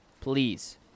please